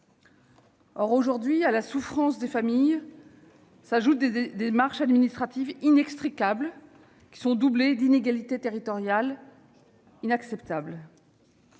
Or, aujourd'hui, à la souffrance des familles s'ajoutent des démarches administratives inextricables, doublées d'inégalités territoriales inacceptables.